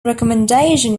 recommendation